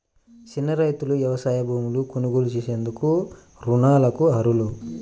చిన్న రైతులు వ్యవసాయ భూములు కొనుగోలు చేసేందుకు రుణాలకు అర్హులా?